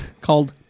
...called